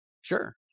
sure